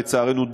לצערנו,